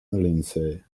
lindsay